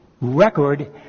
record